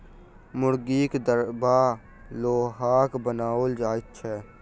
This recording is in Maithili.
मुर्गीक दरबा लोहाक बनाओल जाइत छै